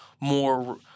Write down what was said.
more